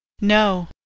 No